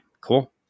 cool